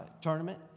tournament